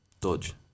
Dodge